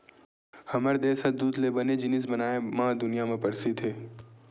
हमर देस ह दूद ले बने जिनिस बनाए म दुनिया म परसिद्ध हे